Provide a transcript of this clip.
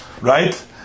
right